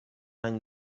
any